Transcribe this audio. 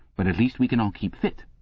but at least we can all keep fit.